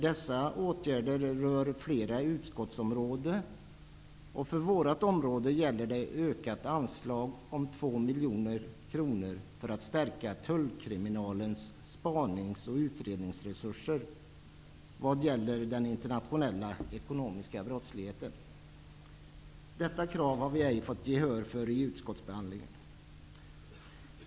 Dessa åtgärder rör flera utskottsområden. För vårt område gäller det en ökning av anslaget med 2 miljoner kronor för insatser i syfte att stärka Tullkriminalens spaningsoch utredningsresurser vad gäller den internationella ekonomiska brottsligheten. Detta krav har ej vunnit gehör vid utskottsbehandlingen.